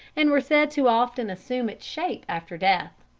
and were said to often assume its shape after death.